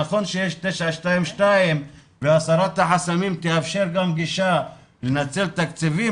נכון שיש 922 והסרת החסמים תאפשר גם גישה לנצל את התקציבים,